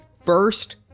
first